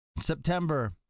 September